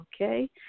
Okay